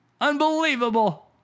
Unbelievable